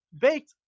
baked